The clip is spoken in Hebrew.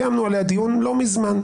קיימנו עליה דיון לא מזמן.